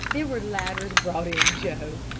there were ladders brought in, joe,